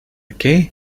qué